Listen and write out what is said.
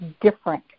different